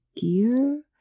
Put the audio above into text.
gear